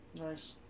Nice